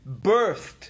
birthed